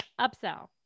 Upsell